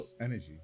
energy